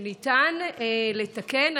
ניתן לתקן.